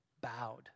bowed